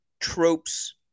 tropes